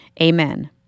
Amen